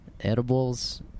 edibles